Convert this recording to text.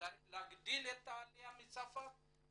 יש להגדיל את העלייה מצרפת,